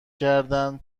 کردن